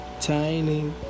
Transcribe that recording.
tiny